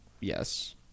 Yes